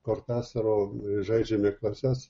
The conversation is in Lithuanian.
kortasaro žaidžiame klases